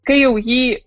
kai jau jį